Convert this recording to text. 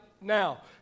now